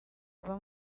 ava